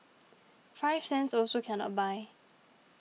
five cents also cannot buy